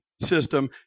system